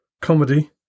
Comedy